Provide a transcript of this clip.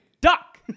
Duck